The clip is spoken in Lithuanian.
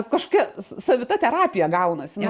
kažkokia savita terapija gaunasi